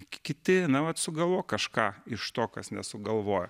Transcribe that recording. kiti nu vat sugalvok kažką iš to kas nesugalvojo